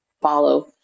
follow